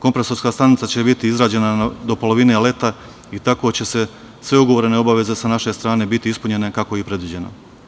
Kompresorska stanica će biti izrađena do polovine leta i tako će sve ugovorene obaveze sa naše strane biti ispunjene kako je i predviđeno.